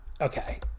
okay